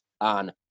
on